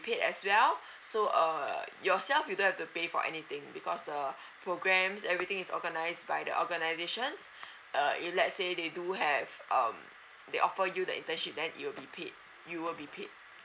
paid as well so err yourself you don't have to pay for anything because the programs everything is organized by the organizations uh if let's say they do have um they offer you the internship then it'll be paid you will paid